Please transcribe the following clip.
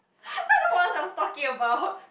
I don't know what I was talking about